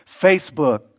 Facebook